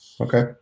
okay